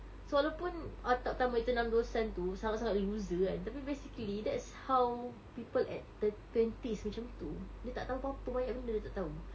so walaupun awak tak tengok character nam do san tu sangat-sangat loser kan tapi basically that's how people at thir~ twenties macam tu dia tak tahu apa-apa banyak benda dia tak tahu